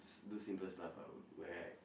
s~ do simple stuff ah where